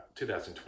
2020